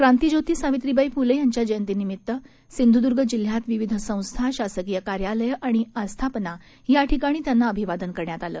क्रांतीज्योती सावित्रीबाई फुले यांच्या जयंतीनिमित्ताने सिंधुदुर्ग जिल्ह्यात विविध संस्था शासकीय कार्यालयं आणिन आस्थापना याठिकाणी त्यांना अभिवादन करण्यात आलं